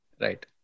right